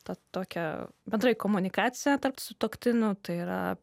tą tokią bendrai komunikaciją tarp sutuoktinių tai yra